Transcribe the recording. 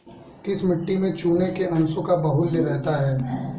किस मिट्टी में चूने के अंशों का बाहुल्य रहता है?